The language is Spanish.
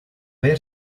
ver